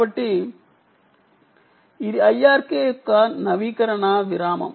కాబట్టి ఇది IRK యొక్క నవీకరణ విరామం